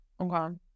Okay